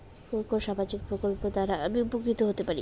কোন কোন সামাজিক প্রকল্প দ্বারা আমি উপকৃত হতে পারি?